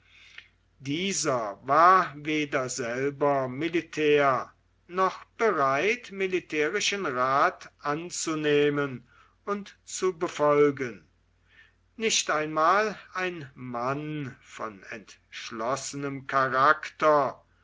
dieser war weder selber militär noch bereit militärischen rat anzunehmen und zu befolgen nicht einmal ein mann von entschlossenem charakter